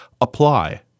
apply